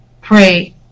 pray